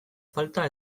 falta